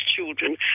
children